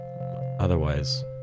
Otherwise